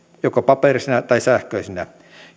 joko paperisina tai sähköisinä